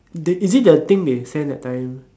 they is it the thing they sent that time